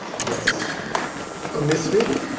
yes a misfit,